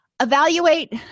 Evaluate